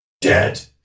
Dead